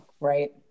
right